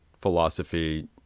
philosophy